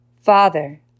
Father